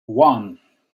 one